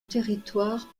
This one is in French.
territoire